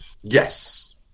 Yes